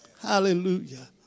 Hallelujah